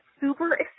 super